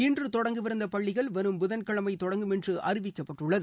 இன்று தொடங்கவிருந்த பள்ளிகள் வரும் புதன்கிழமை தொடங்கும் என்று அறிவிக்கப்பட்டுள்ளது